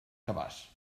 cabàs